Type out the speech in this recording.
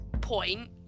point